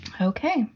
Okay